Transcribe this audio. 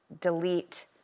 delete